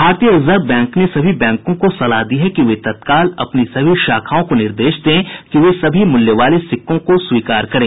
भारतीय reserve bank ने सभी बैंको को सलाह दी है कि वे तत्काल अपनी सभी शाखाओं को निर्देश दें कि वे सभी मूल्य वाले सिक्कों को स्वीकार करें